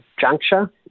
juncture